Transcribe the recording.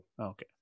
Okay